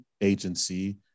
agency